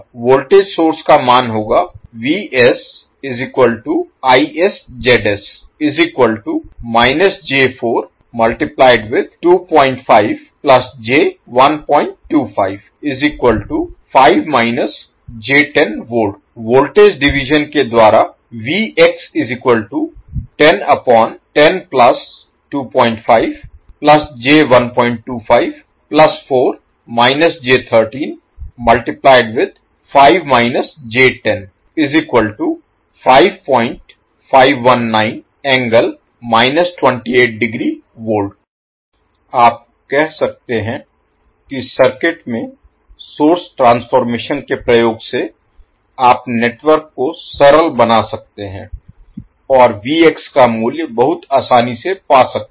voltage source का मान होगा • वोल्टेज डिवीज़न के द्वारा अब आप कह सकते हैं कि सर्किट में सोर्स ट्रांसफॉर्मेशन के प्रयोग से आप नेटवर्क को सरल बना सकते हैं और का मूल्य बहुत आसानी से पा सकते हैं